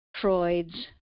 Freud's